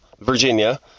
virginia